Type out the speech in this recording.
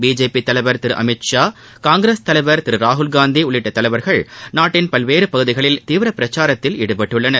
BJP தலைவர் திரு அமித்ஷா காங்கிரஸ் தலைவர் திரு ராகுல்காந்தி உள்ளிட்ட தலைவர்கள் நாட்டின் பல்வேறு பகுதிகளில் தீவிர பிரச்சாரத்தில் ஈடுபட்டுள்ளனர்